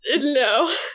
No